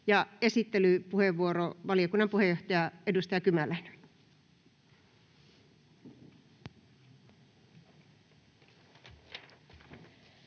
Esittelypuheenvuoro, valiokunnan puheenjohtaja, edustaja Kymäläinen.